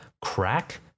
crack